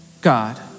God